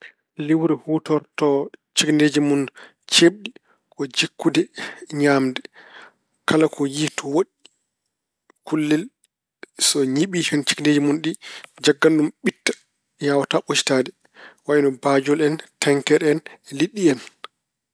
Liwre huutorto cegeneeji mun ceeɓɗi ko jikkude ñaamde. Kala ko yiy to woɗɗi, kullel, so ñiɓii en cegeneeji mun ɗi, jaggan ɗum ɓitta, yaawataa ɓoccitaade, wayno baajol en, tenkere en, liɗɗi en.